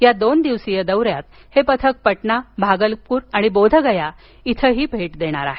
या दोन दिवसीय दौऱ्यात ते पटना भागलपूर आणि बोधगया इथंही भेटी देणार आहे